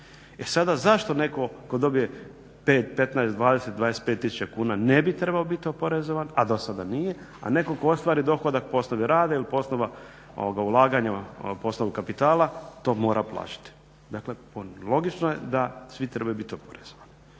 E sada zašto netko tko dobije 5, 15, 20, 25 tisuća kuna ne bi trebao biti oporezovan a do sada nije, a netko tko ostvari dohodak po osnovi rada ili po osnovi ulaganja poslovnog kapitala to mora plaćati. Dakle logično je da svi trebaju biti oporezovani.